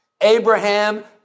Abraham